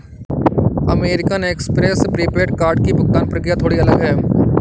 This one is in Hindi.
अमेरिकन एक्सप्रेस प्रीपेड कार्ड की भुगतान प्रक्रिया थोड़ी अलग है